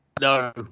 No